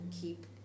keep